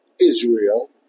Israel